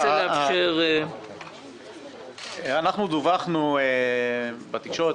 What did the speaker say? אנחנו דווחנו בתקשורת,